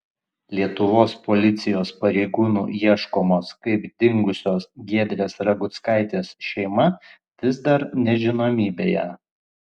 lietuvos policijos pareigūnų ieškomos kaip dingusios giedrės raguckaitės šeima vis dar nežinomybėje